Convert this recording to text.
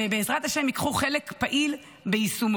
ובעזרת השם ייקחו חלק פעיל ביישומו.